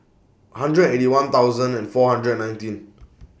hundred Eighty One thousand and four hundred nineteen